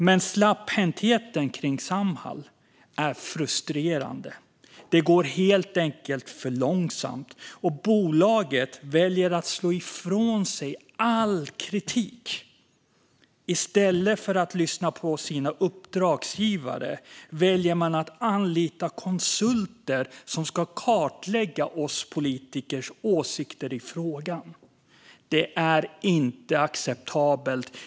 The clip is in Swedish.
Men släpphäntheten kring Samhall är frustrerande. Det går helt enkelt för långsamt, och bolaget väljer att slå ifrån sig all kritik. I stället för att lyssna på sina uppdragsgivare väljer man att anlita konsulter som ska kartlägga politikers åsikter i frågan. Det är inte acceptabelt.